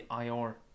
IR